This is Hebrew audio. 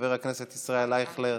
חבר הכנסת ישראל אייכלר,